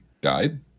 died